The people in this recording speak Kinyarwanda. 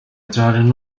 cyane